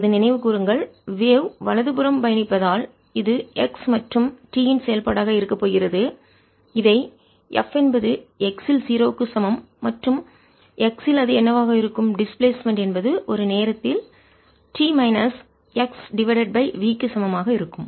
இப்போது நினைவுகூருங்கள் வேவ் அலை வலதுபுறம் பயணிப்பதால் இது x மற்றும் t இன் செயல்பாடாக இருக்கப் போகிறது இதை f என்பது x இல் 0 க்கு சமம் மற்றும் x இல் அது என்னவாக இருக்கும் டிஸ்பிளேஸ்மென்ட் இடப்பெயர்ச்சி என்பது ஒரு நேரத்தில் t minus x divided by v க்கு சமம் ஆக இருக்கும்